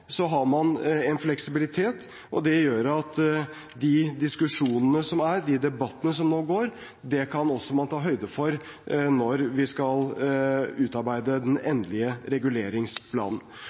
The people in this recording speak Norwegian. har man en fleksibilitet. Det gjør at de diskusjonene som er, de debattene som nå går, kan man også ta høyde for når vi skal utarbeide den endelige reguleringsplanen.